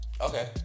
Okay